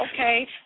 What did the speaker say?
okay